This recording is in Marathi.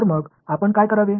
तर मग आपण काय करावे